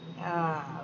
ah